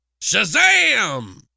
Shazam